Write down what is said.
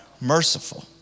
merciful